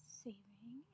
saving